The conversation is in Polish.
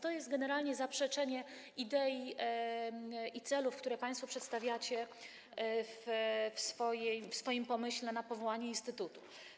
To jest generalnie zaprzeczenie idei i celów, które państwo przedstawiacie w swoim pomyśle na powołanie instytutu.